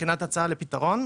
הצעה לפתרון.